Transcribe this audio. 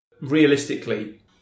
Realistically